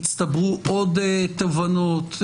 יצטברו עוד תובנות,